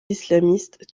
islamistes